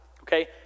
okay